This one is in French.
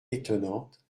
étonnante